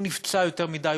הוא נפצע יותר מדי,